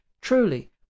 truly